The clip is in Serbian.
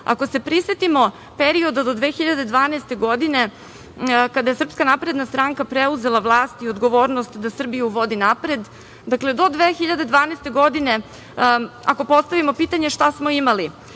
se prisetimo perioda od 2012. godine, kada je SNS preuzela vlast i odgovornost da Srbiju vodi napred, do 2012. godine, ako postavimo pitanje šta smo imali,